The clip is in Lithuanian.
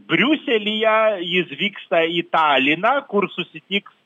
briuselyje jis vyksta į taliną kur susitiks